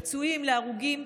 לפצועים, להרוגים?